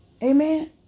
Amen